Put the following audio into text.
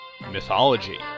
Mythology